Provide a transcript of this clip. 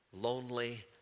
lonely